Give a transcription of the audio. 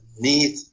need